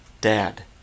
Dad